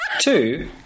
Two